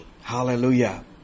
Hallelujah